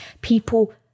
people